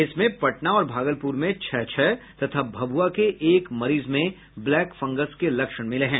इसमें पटना और भागलप्र में छह छह तथा भभुआ के एक मरीज में ब्लैक फंगस के लक्षण मिले हैं